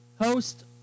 host